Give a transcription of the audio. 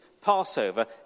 Passover